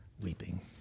Weeping